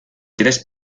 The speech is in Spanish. tres